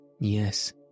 Yes